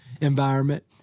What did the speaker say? environment